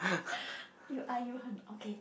you are you hun~ okay